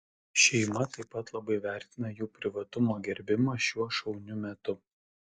šeima taip pat labai vertina jų privatumo gerbimą šiuo šauniu metu